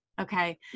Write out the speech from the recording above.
Okay